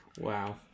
Wow